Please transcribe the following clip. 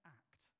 act